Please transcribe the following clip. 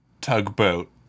tugboat